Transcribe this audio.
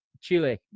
Chile